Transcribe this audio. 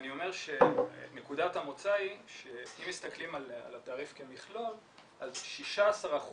אני אומר שנקודת המוצא היא שאם מסתכלים על התעריף כמכלול אז 16%